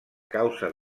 causa